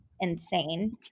insane